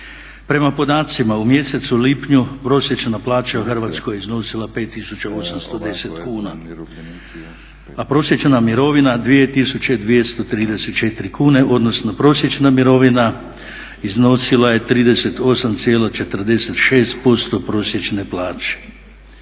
Prema podacima u mjesecu lipnju prosječna plaća u Hrvatskoj je iznosila 5810 kuna a prosječna mirovina 2234 kune, odnosno prosječna mirovina iznosila je 38,46% prosječne plaće.